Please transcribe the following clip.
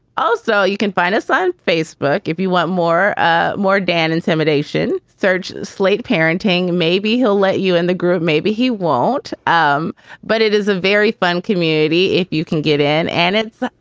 also. can find us on facebook if you want more. ah more, dan, intimidation, third slate parenting. maybe he'll let you in the group. maybe he won't. um but it is a very fun community if you can get in. and it's,